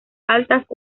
altas